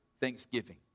thanksgiving